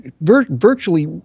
virtually